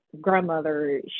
grandmother